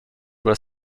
were